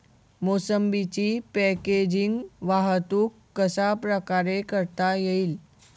मोसंबीची पॅकेजिंग वाहतूक कशाप्रकारे करता येईल?